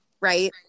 right